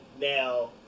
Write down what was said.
Now